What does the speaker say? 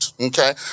Okay